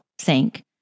sink